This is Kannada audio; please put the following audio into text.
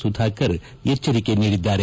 ಸುಧಾಕರ್ ಎಚ್ಚರಿಕೆ ನೀಡಿದ್ದಾರೆ